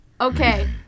Okay